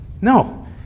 No